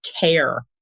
care